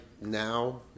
now